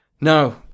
No